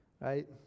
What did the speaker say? right